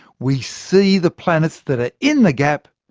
we see the planets that are in the gap,